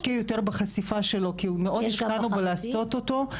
להשקיע יותר בחשיפה שלו כי מאוד השקענו לעשות אותו.